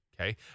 okay